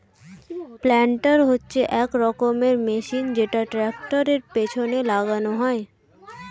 planter হচ্ছে এক রকমের মেশিন যেটা ট্র্যাক্টরের পেছনে লাগানো হয়